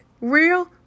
real